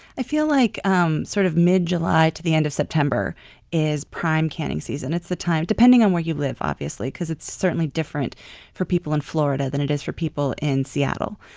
i feel like um sort of mid-july to the end of september is prime canning season. the time depends on where you live obviously because it's certainly different for people in florida than it is for people in seattle.